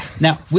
Now